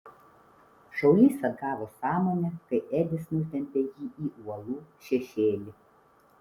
šaulys atgavo sąmonę kai edis nutempė jį į uolų šešėlį